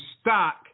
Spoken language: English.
stock